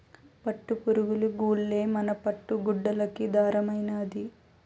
పట్టుపురుగులు గూల్లే మన పట్టు గుడ్డలకి దారమైనాది